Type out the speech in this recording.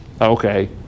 okay